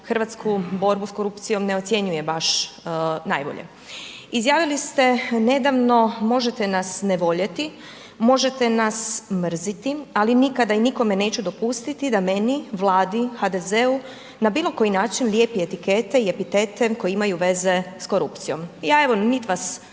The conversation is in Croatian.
hrvatsku borbu sa korupcijom ne ocjenjuje baš najbolje. Izjavili ste nedavno „Možete nas ne voljeti, možete nas mrziti ali nikada i nikom neću dopustiti da meni, Vladi, HDZ-u na bilokoji način lijepi etikete i epitete koji imaju veze sa korupcijom.“ Ja evo. nit vas mrzim,